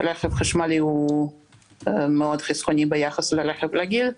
רכב חשמלי הוא מאוד חסכוני ביחס לרכב רגיל,